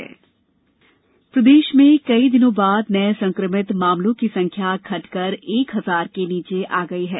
प्रदेश corona प्रदेश में कई दिनों बाद नये संक्रमित मामलों की संख्या घटकर एक हजार से नीचे आ गई है